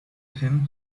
him